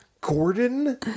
Gordon